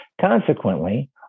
Consequently